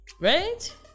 right